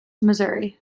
missouri